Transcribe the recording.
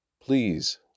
Please